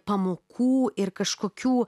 pamokų ir kažkokių